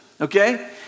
okay